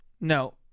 No